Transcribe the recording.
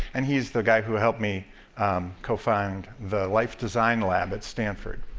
and he is the guy who helped me co-found the life design lab at stanford.